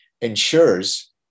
ensures